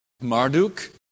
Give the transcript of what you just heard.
Marduk